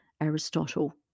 Aristotle